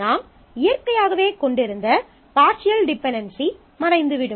நாம் இயற்கையாகவே கொண்டிருந்த பார்ஷியல் டிபென்டென்சி மறைந்துவிடும்